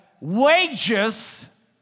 Wages